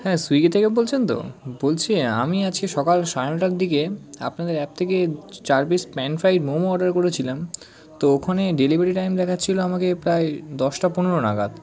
হ্যাঁ সুইগি থেকে বলছেন তো বলছি আমি আজকে সকাল সাড়ে নটার দিকে আপনাদের অ্যাপ থেকে চার piece pan fried momo order করেছিলাম তো ওখানে ডেলিভারি টাইম দেখাচ্ছিলো আমাকে প্রায় দশটা পনেরো নাগাদ